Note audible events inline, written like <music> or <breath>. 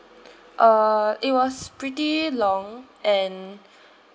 <breath> uh it was pretty long and <breath>